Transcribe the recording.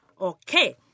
Okay